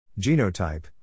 Genotype